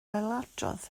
ailadrodd